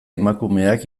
emakumeak